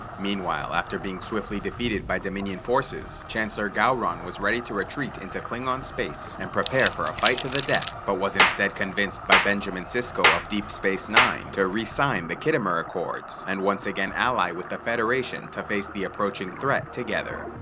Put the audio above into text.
meanwhile, after being swiftly defeated by dominion forces, chancellor gowron was ready to retreat into klingon space and prepare for a fight to the death, but was instead convinced by benjamin sisko of d s nine to re-sign the khitmor accords, and once again ally with the federation to face the approaching enemy together.